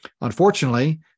Unfortunately